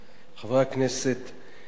חברי הכנסת,